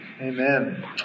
Amen